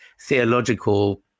theological